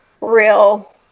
real